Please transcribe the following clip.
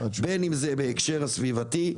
בין אם זה בהקשר הסביבתי,